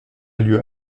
lieu